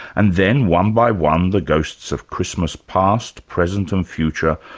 and then one by one the ghosts of christmas past, present and future,